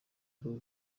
gukora